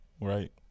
right